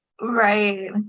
Right